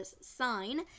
sign